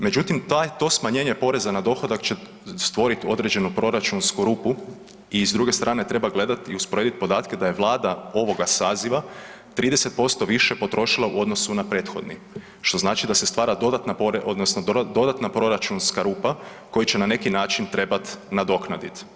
Međutim, ta, to smanjenje poreza na dohodak će stvoriti određenu proračunsku rupu i s druge strane, treba gledati i usporediti podatke da je Vlada ovoga saziva 30% više potrošila u odnosu na prethodni, što znači da se stvara dodatna odnosno dodatna proračunska rupa koju će na neki način trebati nadoknaditi.